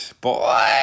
boy